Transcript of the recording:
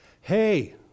Hey